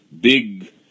big